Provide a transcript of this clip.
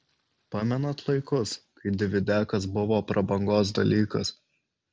pamenat laikus kai dividiakas buvo prabangos dalykas